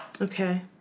okay